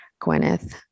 Gwyneth